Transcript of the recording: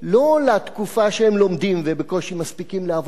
שהפטור לא "יתבזבז" בתקופה שהם לומדים ובקושי מספיקים לעבוד,